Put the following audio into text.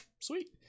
sweet